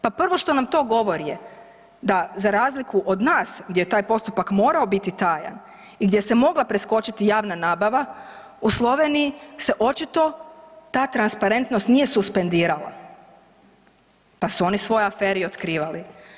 Pa prvo što nam to govori je da za razliku od nas gdje je taj postupak morao biti tajan i gdje se mogla preskočiti javna nabava u Sloveniji se očito ta transparentnost nije suspendirala, pa su oni svoje afere i otkrivali.